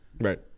Right